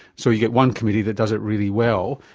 so you get one committee that does it really well.